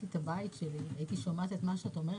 את הבית שלי הייתי שומעת מה את אומרת,